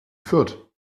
fürth